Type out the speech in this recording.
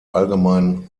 allgemein